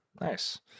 nice